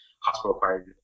hospital-acquired